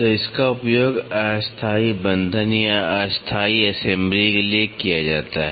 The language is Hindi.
तो इसका उपयोग अस्थायी बन्धन या अस्थायी असेंबली （assembly） के लिए किया जाता है